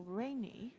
rainy